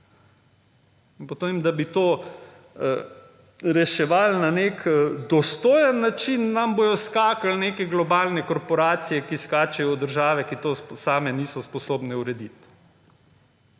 pomeni, da bi to reševali na dostojen način nam bodo skakali neke globalne korporacije, ki skačejo v države, ki to same niso sposobne urediti.